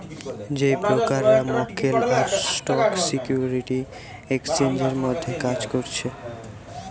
যেই ব্রোকাররা মক্কেল আর স্টক সিকিউরিটি এক্সচেঞ্জের মধ্যে কাজ করছে